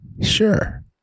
sure